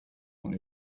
want